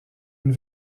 une